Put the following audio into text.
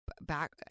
back